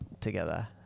together